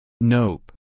Nope